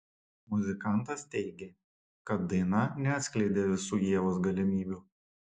muzikantas teigė kad daina neatskleidė visų ievos galimybių